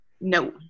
No